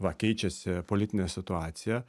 va keičiasi politinė situacija